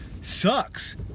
sucks